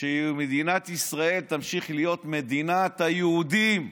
שמדינת ישראל תמשיך להיות מדינת היהודים,